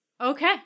Okay